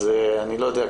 אז אני לא יודע.